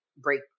break